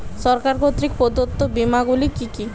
সরকার কর্তৃক প্রদত্ত বিমা গুলি কি কি?